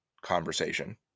conversation